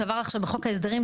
שעבר עכשיו בחוק ההסדרים,